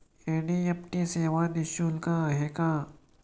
NEFT सेवा निःशुल्क आहे का?